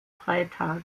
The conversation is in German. freitag